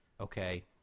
okay